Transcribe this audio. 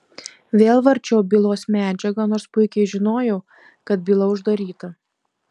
vėl varčiau bylos medžiagą nors puikiai žinojau kad byla uždaryta